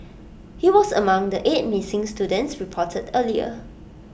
he was among the eight missing students reported earlier